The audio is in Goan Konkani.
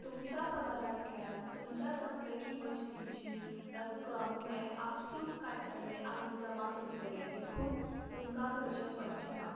तुमच्या पगारांतल्यान तुमच्या सप्तकी बचती ची रक्कम ते आपसूक काडटले आनी जमा करतले देखून तुमका करचे पडचे ना